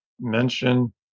mention